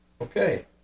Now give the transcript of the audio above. Okay